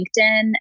LinkedIn